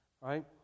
right